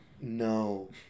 No